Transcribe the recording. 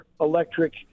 electric